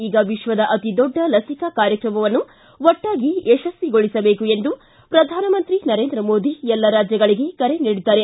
ಈಗ ವಿಶ್ವದ ಅತಿ ದೊಡ್ಡ ಲಸಿಕಾ ಕಾರ್ಯಕ್ರಮವನ್ನು ಒಟ್ಟಾಗಿ ಯಶಸ್ವಿಗೊಳಿಸಬೇಕು ಎಂದು ಪ್ರಧಾನಮಂತ್ರಿ ನರೇಂದ್ರ ಮೋದಿ ಎಲ್ಲ ರಾಜ್ಜಗಳಿಗೆ ಕರೆ ನೀಡಿದ್ದಾರೆ